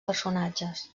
personatges